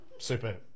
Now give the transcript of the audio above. Super